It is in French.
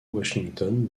washington